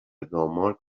دانمارک